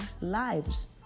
lives